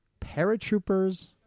paratroopers